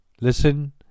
listen